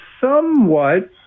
somewhat